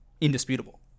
indisputable